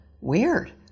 weird